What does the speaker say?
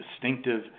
distinctive